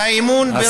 והאמון בראש הממשלה,